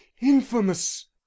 infamous